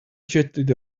jetted